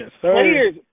players